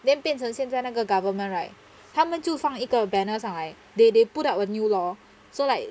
then 变成现在那个 government right 他们就放一个 banner 上来 they they put up a new law so like